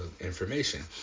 information